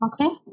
Okay